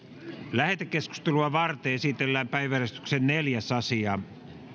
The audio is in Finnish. lähetekeskustelua varten esitellään päiväjärjestyksen neljäs asia